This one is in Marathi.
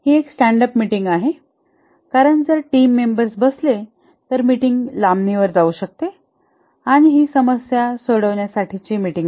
ही एक स्टँड अप मीटिंग आहे कारण जर टीम मेंबर्स बसले तर मीटिंग लांबणीवर जाऊ शकते आणि ही समस्या सोडवण्या साठीची मीटिंग नाही